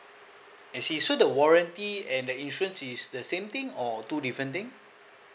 I see so the warranty and the insurance is the same thing or two different thing